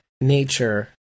nature